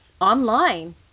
online